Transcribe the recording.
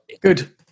good